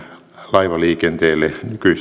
laivaliikenteelle nykyistä laajemmin